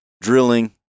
drilling